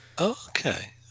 okay